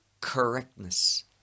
correctness